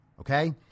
Okay